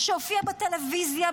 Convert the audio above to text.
שהופיע בטלוויזיה,